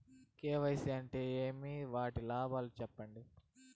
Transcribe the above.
KYC అంటే ఏమి? వాటి లాభాలు సెప్పండి?